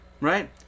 right